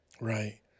Right